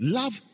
love